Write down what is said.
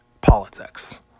politics